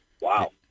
Wow